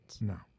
No